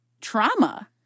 trauma